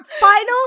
final